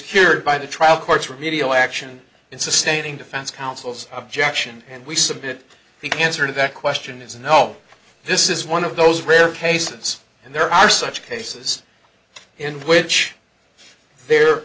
secured by the trial court's remedial action in sustaining defense counsel's objection and we submit the cancer to that question is a no this is one of those rare cases and there are such cases in which there